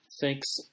Thanks